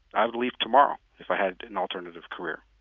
i would leave tomorrow if i had an alternative career.